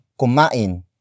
kumain